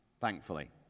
thankfully